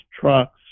trucks